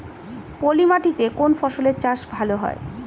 পলি মাটিতে কোন ফসলের চাষ ভালো হয়?